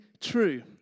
true